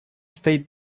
стоит